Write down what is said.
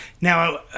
Now